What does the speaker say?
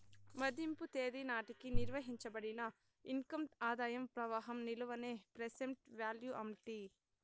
మదింపు తేదీ నాటికి నిర్వయించబడిన ఇన్కమ్ ఆదాయ ప్రవాహం విలువనే ప్రెసెంట్ వాల్యూ అంటీ